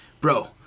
bro